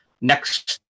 next